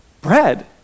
Bread